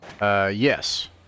yes